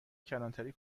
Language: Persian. کلانتری